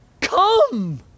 Come